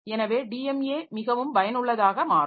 எனவே டிஎம்ஏ மிகவும் பயனுள்ளதாக மாறும்